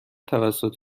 توسط